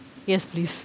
yes please